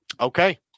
Okay